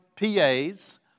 PAs